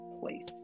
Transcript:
place